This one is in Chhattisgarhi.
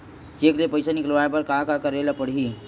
चेक ले पईसा निकलवाय बर का का करे ल पड़हि?